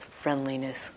friendliness